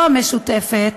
לא המשותפת,